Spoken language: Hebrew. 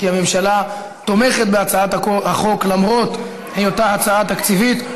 כי הממשלה תומכת בהצעת החוק למרות היותה הצעה תקציבית,